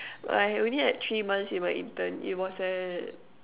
I only had three months in my intern it was at